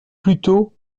plutôt